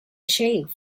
shave